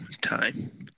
time